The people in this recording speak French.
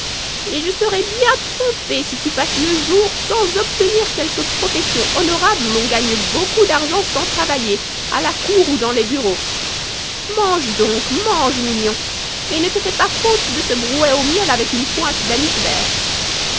et je serai bien trompée si tu passes le jour sans obtenir quelque profession honorable où l'or gagne beaucoup d'argent sans trava mer a la cour ou dans les bureaux mange donc mange mignon et ne te fais pas faute de ce brouet au miel avec une pointe d'anis vert